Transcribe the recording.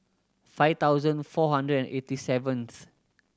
five thousand four hundred and eighty seventh